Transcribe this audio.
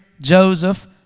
Joseph